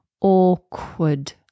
awkward